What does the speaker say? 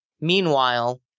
Meanwhile